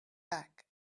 back